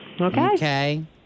Okay